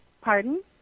Pardon